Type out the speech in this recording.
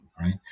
right